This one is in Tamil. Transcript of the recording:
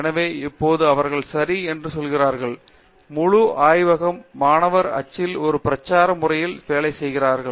எனவே இப்போது அவர்கள் சரி என்று சொல்கிறார்கள் முழு ஆய்வகம் மாணவர் அச்சில் ஒரு பிரச்சார முறைமையில் வேலை செய்கிறார்